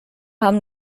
haben